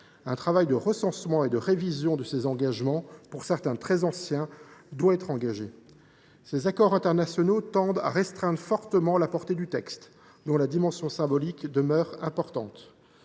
Un travail de recensement et de révision de ces engagements, pour certains très anciens, doit être engagé. Ces accords internationaux tendent à restreindre fortement la portée du texte, dont la dimension symbolique demeure importante.